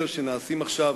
שנעשות עכשיו,